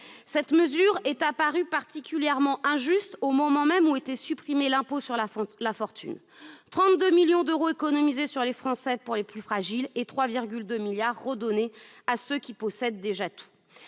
Cette mesure est apparue particulièrement injuste au moment même où était supprimé l'impôt sur la fortune : 32 millions d'euros économisés sur les Français les plus fragiles et 3,2 milliards d'euros redonnés à ceux qui possèdent déjà tout